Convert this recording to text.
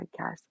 Podcast